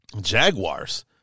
Jaguars